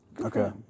Okay